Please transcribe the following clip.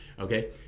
Okay